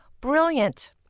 Brilliant